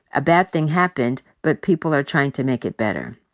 a bad thing happened, but people are trying to make it better.